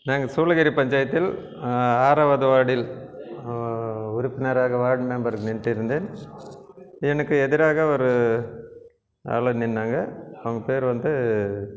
நாங்கள் சூலகிரி பஞ்சாயத்தில் ஆறாவது வார்டில் உறுப்பினராக வார்டு மெம்பர் நின்றிருந்தேன் எனக்கு எதிராக ஒரு ஆள் நின்னாங்க அவங்கள் பேர் வந்து